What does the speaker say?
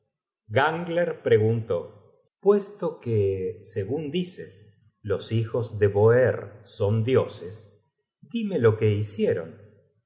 preguntó puesto que segun dices los hijos de boerr son dioses dime lo que hicieron